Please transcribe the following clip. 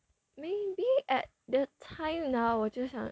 maybe at the time now 我就想